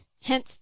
Hence